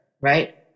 right